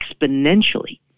exponentially